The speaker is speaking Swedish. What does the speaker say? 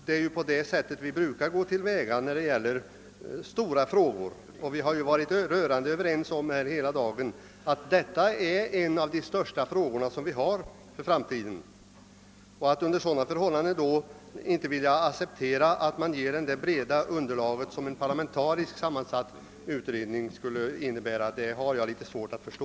Det är på det sättet vi brukar gå till väga i stora frågor, och vi har i dag varit rörande ense om att detta är en av de största frågor som vi har för framtiden. Att man under sådana förhållanden inte vill acceptera det breda underlag som en parlamentariskt sammansatt utredning skulle innebära har jag svårt att förstå.